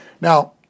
Now